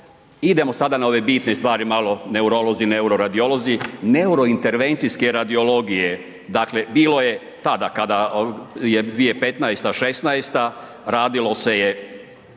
Idemo sada na ove bitne stvari malo neurolozi, neuroradiolozi, neurointervencijske radiologije. Dakle bilo je tada kada je 2015., 2016., radilo se je